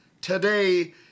today